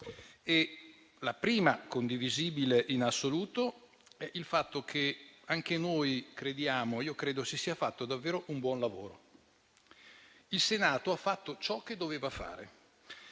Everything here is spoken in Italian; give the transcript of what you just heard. La prima, condivisibile in assoluto, è che anche noi crediamo che si sia fatto davvero un buon lavoro: il Senato ha fatto ciò che doveva fare.